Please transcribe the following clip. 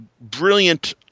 brilliant